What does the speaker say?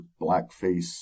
blackface